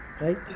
Right